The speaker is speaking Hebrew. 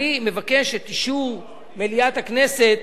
אני מבקש את אישור מליאת הכנסת